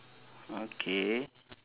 okay